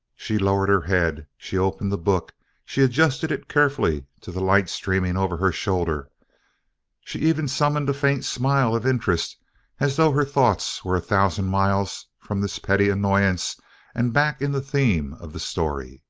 she lowered her head she opened the book she adjusted it carefully to the light streaming over her shoulder she even summoned a faint smile of interest as though her thoughts were a thousand miles from this petty annoyance and back in the theme of the story